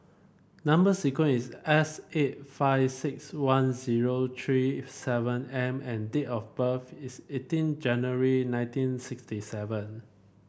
number sequence is S eight five six one zero three seven M and date of birth is eighteen January nineteen sixty seven